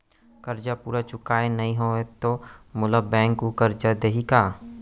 करजा पूरा चुकोय नई हव त मोला बैंक अऊ करजा दिही का?